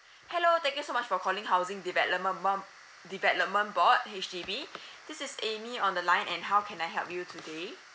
hello thank you so much for calling housing development boar~ development board H_D_B this is amy on the line and how can I help you today